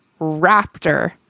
raptor